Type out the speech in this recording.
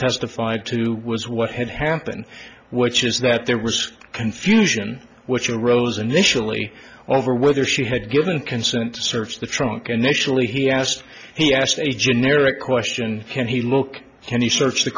testified to was what had happened which is that there was confusion which arose initially over whether she had given consent to search the trunk and actually he asked he asked a generic question can he look can he search the